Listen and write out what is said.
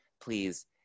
please